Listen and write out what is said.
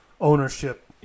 ownership